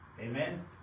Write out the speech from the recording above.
Amen